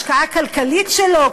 השקעה כלכלית שלו,